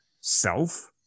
self